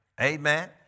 Amen